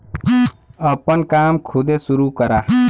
आपन काम खुदे सुरू करा